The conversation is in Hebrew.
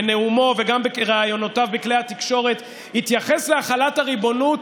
בנאומו וגם בראיונותיו בכלי התקשורת התייחס להחלת הריבונות